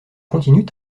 continue